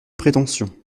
prétention